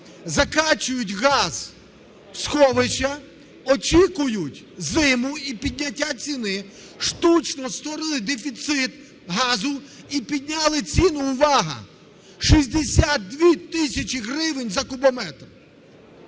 закачують газ в сховища, очікують зиму і підняття ціни, штучно створили дефіцит газу і підняли ціну – увага! - 62 тисяч гривень за кубометр.